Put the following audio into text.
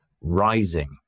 rising